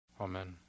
Amen